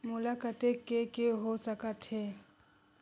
मोला कतेक के के हो सकत हे?